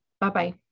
Bye-bye